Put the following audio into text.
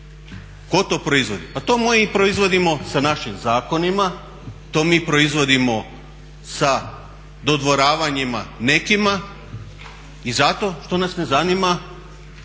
Tko to proizvodi? Pa to mi proizvodimo sa našim zakonima, to mi proizvodimo sa dodvoravanjima nekima i zato što nas ne zanima